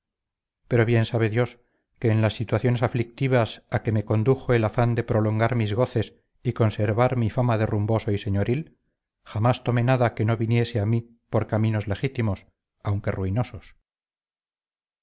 pero bien sabe dios que en las situaciones aflictivas a que me condujo el afán de prolongar mis goces y conservar mi fama de rumboso y señoril jamás tomé nada que no viniese a mí por caminos legítimos aunque ruinosos